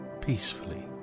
peacefully